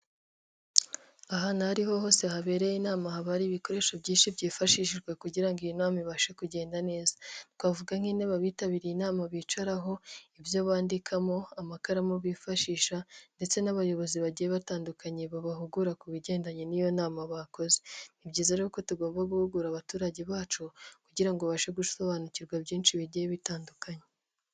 Ahantu aho ariho hose habereye inama haba hari ibikoresho byinshi byifashishijwe kugira ngo iyi nama ibashe kugenda neza. Twavuga: nk'intebe abitabiriye inama bicaraho, ibyo bandikamo, amakaramu bifashisha ndetse n'abayobozi bagiye batandukanye babahugura ku bigendanye n'iyo nama bakoze. Ni byiza rero ko tugomba guhugura abaturage bacu kugira ngo babashe gusobanukirwa byinshi bigiye bitandukanye.